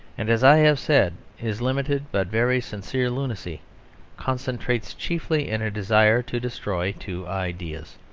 and, as i have said, his limited but very sincere lunacy concentrates chiefly in a desire to destroy two ideas,